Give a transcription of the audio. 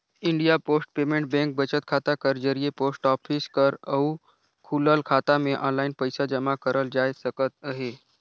India post payment bank बचत खाता कर जरिए पोस्ट ऑफिस कर अउ खुलल खाता में आनलाईन पइसा जमा करल जाए सकत अहे